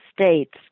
states